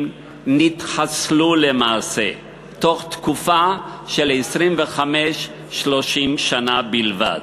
נתחסלו למעשה בתוך תקופה של 25 30 שנה בלבד.